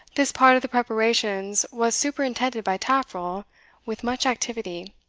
this part of the preparations was superintended by taffril with much activity.